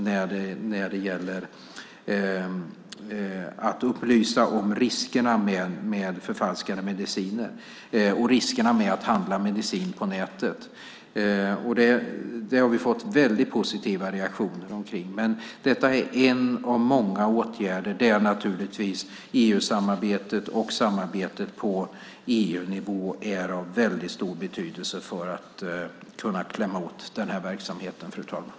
Den handlar ju om att upplysa om riskerna med förfalskade mediciner och riskerna med att handla medicin på nätet. Vi har fått positiva reaktioner på detta. Men det här är en av många åtgärder där EU-samarbetet är av stor betydelse för att kunna klämma åt verksamheten, fru talman.